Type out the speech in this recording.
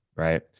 right